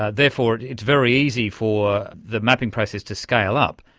ah therefore it is very easy for the mapping process to scale up.